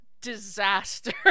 disaster